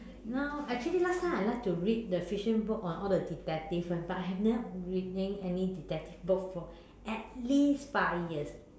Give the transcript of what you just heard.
now actually last time I like to read the fiction books on all the detectives one but I have never reading any detective books for at least five years